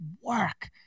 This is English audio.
work